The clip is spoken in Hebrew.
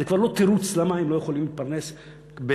זה כבר לא תירוץ למה הם לא יכולים להתפרנס בכבוד,